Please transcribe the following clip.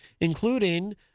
including